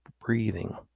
breathing